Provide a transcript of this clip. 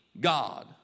God